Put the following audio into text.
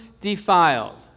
defiled